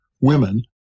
women